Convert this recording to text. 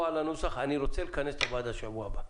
אני רוצה לכנס את הוועדה בשבוע הבא.